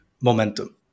momentum